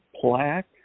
plaque